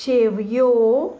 शेवयो